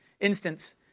instance